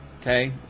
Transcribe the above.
Okay